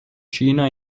cina